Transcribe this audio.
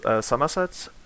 Somerset